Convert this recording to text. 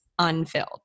unfilled